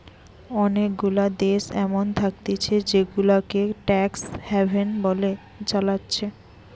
অনেগুলা দেশ এমন থাকতিছে জেগুলাকে ট্যাক্স হ্যাভেন বলে চালাচ্ছে